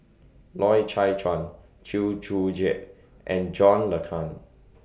Loy Chye Chuan Chew Joo Chiat and John Le Cain